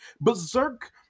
berserk